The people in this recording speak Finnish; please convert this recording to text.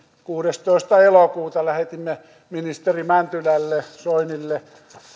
kuudestoista elokuuta lähetimme sen ministeri mäntylälle soinille